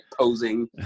posing